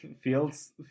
feels